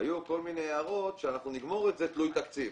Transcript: היו כל מיני הערות שנגמור את זה תלוי תקציב.